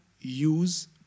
use